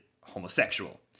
homosexual